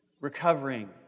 Recovering